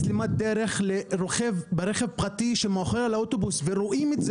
בטוח ויותר שירותי לציבור שהם ואנחנו רוצים לשרת.